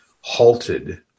halted